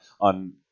on